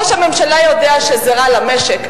ראש הממשלה יודע שזה רע למשק,